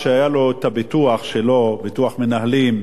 רבותי השרים,